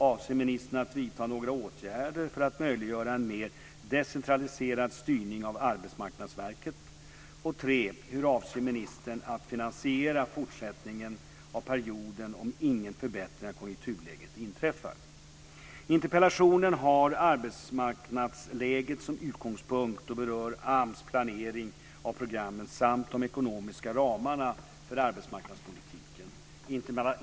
Avser ministern att vidta några åtgärder för att möjliggöra en mer decentraliserad styrning av 3. Hur avser ministern att finansiera fortsättningen av perioden om ingen förbättring av konjunkturläget inträffar? Interpellationerna har arbetsmarknadsläget som utgångspunkt och berör AMS planering av programmen samt de ekonomiska ramarna för arbetsmarknadspolitiken.